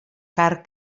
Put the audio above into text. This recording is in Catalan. carn